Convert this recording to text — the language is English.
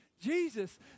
Jesus